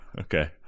okay